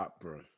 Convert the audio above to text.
bro